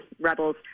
rebels